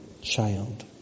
child